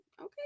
Okay